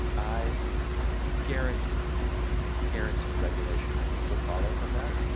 i guarantee i guarantee regulation would follow from that,